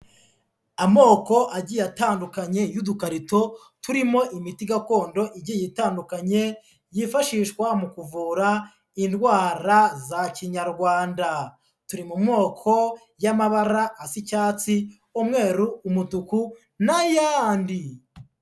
Amoko agiye atandukanye y'udukarito turimo imiti gakondo igiye itandukanye, yifashishwa mu kuvura indwara za kinyarwanda, turi mu moko y'amabara asa icyatsi, umweru, umutuku n'ayandi.